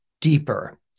deeper